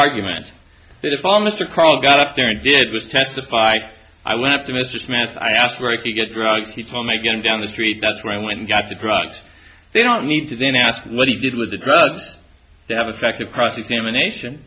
argument that if all mr kroll got up there and did was testified i went up to mr smith i asked where i could get drugs he told me getting down the street that's where i went and got the drugs they don't need to then ask what he did with the drugs that have affected cross examination